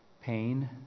pain